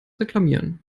reklamieren